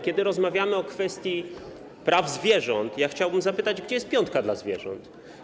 Kiedy rozmawiamy o kwestii praw zwierząt, ja chciałbym zapytać, gdzie jest piątka dla zwierząt.